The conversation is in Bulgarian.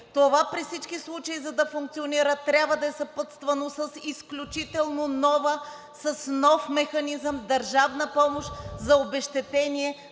Това при всички случаи, за да функционира, трябва да е съпътствано с изключително нова, с нов механизъм държавна помощ за обезщетение